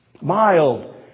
mild